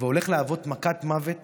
והולכת להיות מכת מוות